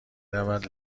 رود